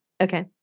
Okay